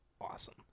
awesome